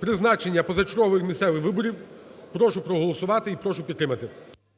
призначення позачергових місцевих виборів, прошу проголосувати і прошу підтримати.